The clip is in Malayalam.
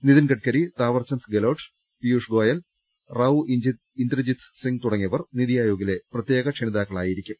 നിതിൻ ഗഡ്ഗരി താവർ ചന്ദ് ഗ്ലോട്ട് പീയുഷ് ഗോയൽ റാവു ഇന്ദ്രജിത് സിങ്ങ് തുടങ്ങിയവർ നിതി ആയോഗിലെ പ്രത്യേക ക്ഷണിതാക്കളായിരിക്കും